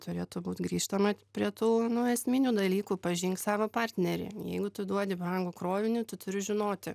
turėtų būt grįžtama prie tų nu esminių dalykų pažink savo partnerį jeigu tu duodi brangų krovinį tu turi žinoti